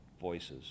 voices